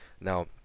Now